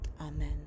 Amen